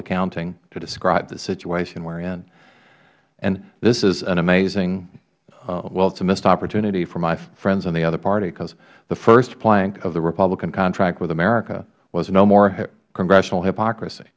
accounting to describe the situation we are in and this is an amazing well it is a missed opportunity for my friends in the other party because the first plank of the republican contract with america was no more congressional hypocrisy